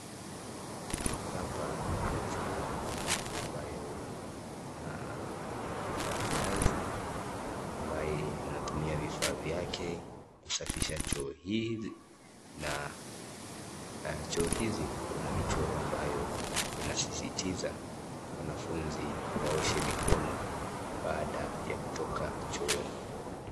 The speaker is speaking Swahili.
Hapa kuna choo, ambayo kuna mfanyakazi ambaye anatumia vifaa vyake kusafisha choo hii, na choo hizi kuna michoro ambayo inasisitiza wanafunzi waoshe mikono baada ya kutoka chooni.